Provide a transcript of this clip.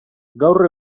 gaur